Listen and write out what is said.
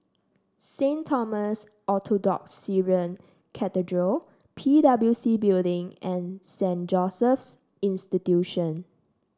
Saint Thomas Orthodox Syrian Cathedral P W C Building and Saint Joseph's Institution